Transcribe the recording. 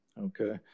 Okay